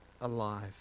alive